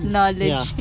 Knowledge